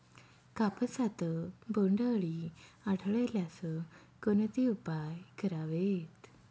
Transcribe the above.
कापसात बोंडअळी आढळल्यास कोणते उपाय करावेत?